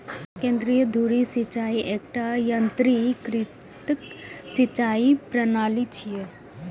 केंद्रीय धुरी सिंचाइ एकटा यंत्रीकृत सिंचाइ प्रणाली छियै